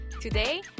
Today